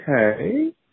Okay